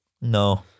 No